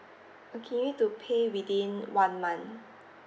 okay you need to pay within one month